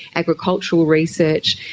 agricultural research,